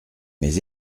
mes